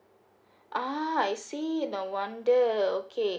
ah I see no wonder okay